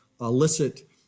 illicit